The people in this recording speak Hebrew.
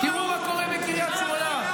תראו מה קורה בקריית שמונה.